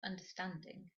understanding